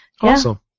Awesome